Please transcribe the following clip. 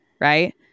Right